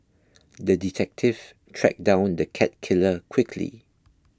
the detective tracked down the cat killer quickly